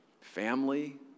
family